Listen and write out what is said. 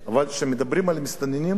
אבל כשמדברים על מסתננים?